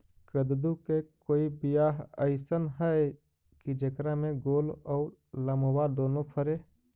कददु के कोइ बियाह अइसन है कि जेकरा में गोल औ लमबा दोनो फरे?